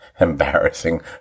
embarrassing